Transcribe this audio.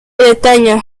bretaña